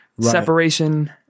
separation